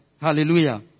Hallelujah